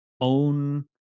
own